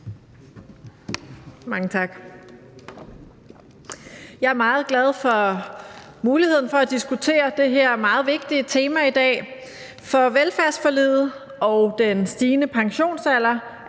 Jeg er meget glad for muligheden for at diskutere det her meget vigtige tema i dag, for velfærdsforliget og den stigende pensionsalder